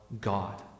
God